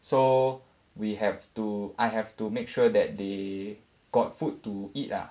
so we have to I have to make sure that they got food to eat lah